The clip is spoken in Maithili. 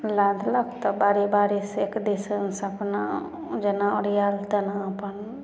लादलक तब बारी बारी से एक दिसन से अपना जेना ओरिआएल तेना अपन